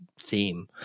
theme